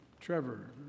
Trevor